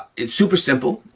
it's super simple,